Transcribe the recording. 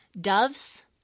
Doves